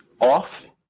off